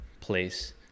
place